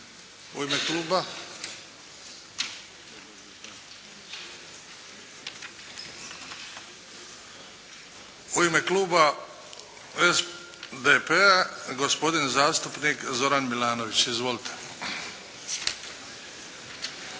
U ime kluba SDP-a, gospodin zastupnik Zoran Milanović. Izvolite.